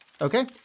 Okay